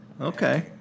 Okay